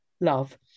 love